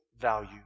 value